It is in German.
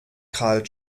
carl